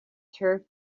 turf